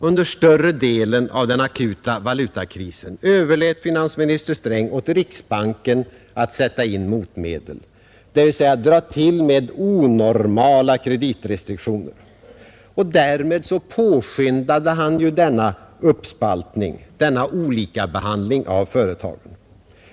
Under större delen av den akuta valutakrisen överlät finansminister Sträng åt riksbanken att sätta in motmedel, dvs. dra till med onormala kreditrestriktioner. Därmed påskyndade han denna uppspaltning, denna olikabehandling av företagen.